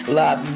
love